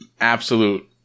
absolute